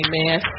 Amen